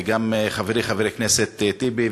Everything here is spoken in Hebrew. וגם אל חברי חבר הכנסת טיבי,